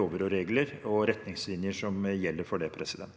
lover, regler og retningslinjer som gjelder for det.